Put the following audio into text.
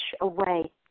away